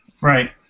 Right